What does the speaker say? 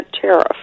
tariff